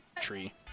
tree